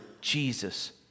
Jesus